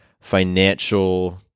financial